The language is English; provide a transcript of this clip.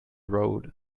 road